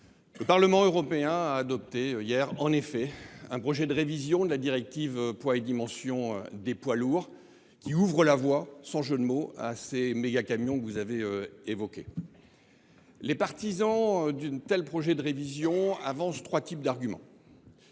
le Parlement européen a effectivement adopté hier un projet de révision de la directive Poids et dimensions qui ouvre la voie, sans jeu de mots, à ces mégacamions, que vous avez évoqués. Les partisans d’un tel projet de révision avancent trois types d’arguments